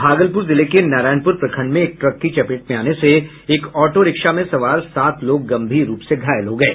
भागलपुर जिले के नारायणपुर प्रखंड में एक ट्रक की चपेट में आने से एक ऑटोरिक्शा में सवार सात लोग गंभीर रूप से घायल हो गये